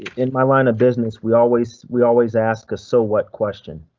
in my line of business we always we always ask us. so what question?